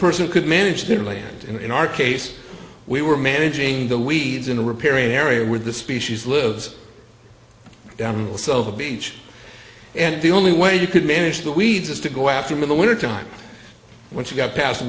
person could manage their land in our case we were managing the weeds in the repairing area with the species lives sell the beach and the only way you could manage the weeds is to go after him in the winter time when she got past